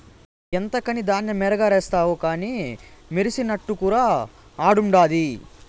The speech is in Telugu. ఎంతకని ధాన్యమెగారేస్తావు కానీ మెసినట్టుకురా ఆడుండాది